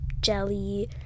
jelly